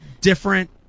different